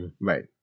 Right